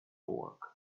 work